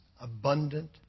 abundant